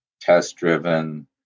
test-driven